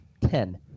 ten